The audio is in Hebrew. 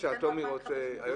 יכול להיות, גברתי.